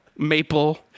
Maple